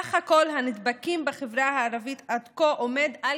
סך הנדבקים בחברה הערבית עד כה עומד על